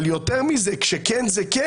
אבל יותר מזה, כאשר כן הוא כן